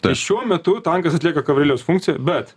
tai šiuo metu tankas atlieka kavalieriaus funkciją bet